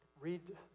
read